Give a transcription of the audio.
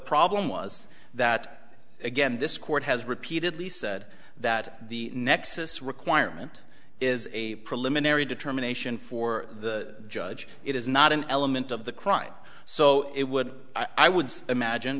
problem was that again this court has repeatedly said that the nexus requirement is a preliminary determination for the judge it is not an element of the crime so it would i would imagine